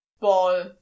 Ball